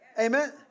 Amen